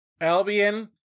albion